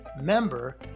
member